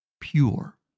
pure